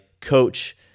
coach